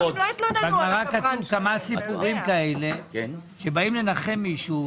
שבאים לנחם מישהו,